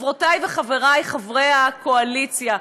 חברותיי וחבריי חברי הקואליציה,